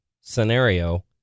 scenario